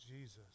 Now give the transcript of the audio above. Jesus